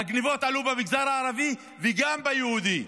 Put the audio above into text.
הגניבות עלו גם במגזר הערבי וגם במגזר היהודי.